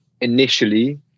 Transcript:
Initially